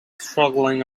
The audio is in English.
struggling